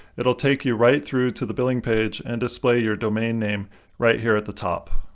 it'll take you right through to the billing page and display your domain name right here at the top.